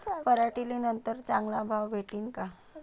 पराटीले नंतर चांगला भाव भेटीन का?